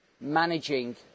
managing